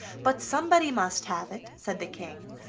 but somebody must have it, said the king,